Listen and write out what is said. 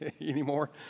anymore